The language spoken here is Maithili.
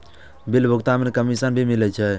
बिल भुगतान में कमिशन भी मिले छै?